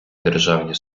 державні